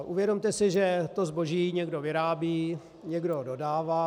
Uvědomte si, že to zboží někdo vyrábí, někdo dodává.